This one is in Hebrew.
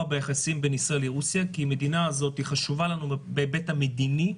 ביחסים בין ישראל לרוסיה כי המדינה הזאת חשובה לנו בהיבט המדיני,